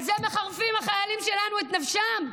על זה מחרפים החיילים שלנו את נפשם?